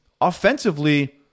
offensively